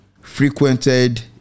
frequented